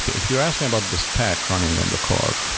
if you're asking about the stack running on the car,